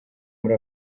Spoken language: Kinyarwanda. muri